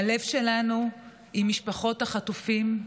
הלב שלנו עם משפחות החטופים.